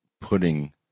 putting